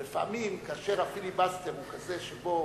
אבל לפעמים, כאשר הפיליבסטר הוא כזה שבו